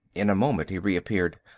in a moment he reappeared.